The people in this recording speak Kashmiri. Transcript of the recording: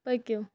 پٔکِو